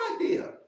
idea